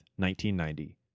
1990